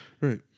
Right